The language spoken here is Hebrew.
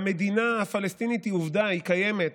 המדינה הפלסטינית היא עובדה, היא קיימת,